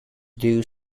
due